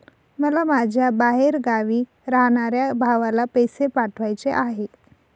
मला माझ्या बाहेरगावी राहणाऱ्या भावाला पैसे पाठवायचे आहे